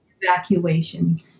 evacuation